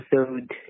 episode